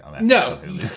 no